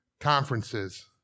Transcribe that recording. conferences